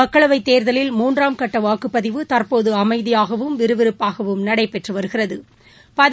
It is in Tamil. மக்களவைத் தேர்தலில் மூன்றாம் கட்ட வாக்குப்பதிவு தற்போது அமைதியாககவும் விறுவிறுப்பாகவும் நடைபெற்று வருகிறுது